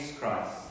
Christ